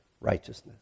righteousness